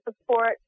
support